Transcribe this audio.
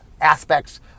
aspects